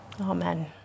Amen